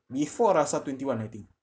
before rasa twenty-one I think